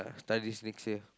studies next year